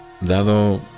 dado